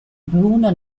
bruno